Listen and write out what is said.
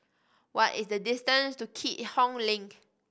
what is the distance to Keat Hong Link